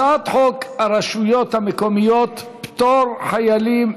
הצעת חוק הרשויות המקומיות (פטור חיילים,